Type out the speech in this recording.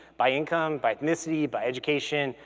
by income, by ethnicity, by education,